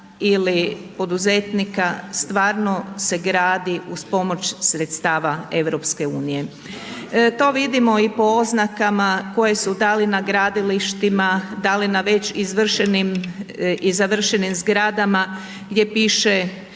ili poduzetnika stvarno se gradi uz pomoć sredstava EU. To vidimo i po oznakama koje su da li na gradilištima, da li na već izvršenim i završenim zgradama gdje piše